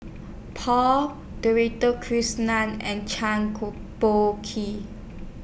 Paul Krishnan and